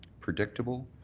predictable,